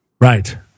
Right